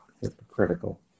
hypocritical